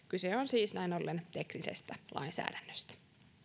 kyse on siis näin ollen teknisestä lainsäädännöstä